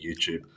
YouTube